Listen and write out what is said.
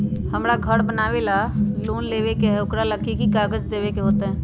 हमरा घर बनाबे ला लोन लेबे के है, ओकरा ला कि कि काग़ज देबे के होयत?